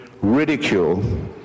ridicule